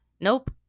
Nope